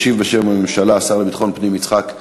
ישיב בשם הממשלה השר לביטחון פנים יצחק אהרונוביץ.